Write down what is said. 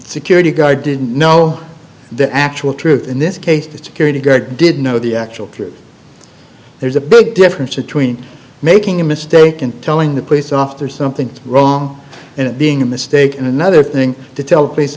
security guard didn't know the actual truth in this case the security guard did know the actual truth there's a big difference between making a mistake and telling the police officer something's wrong and it being a mistake in another thing to tell the police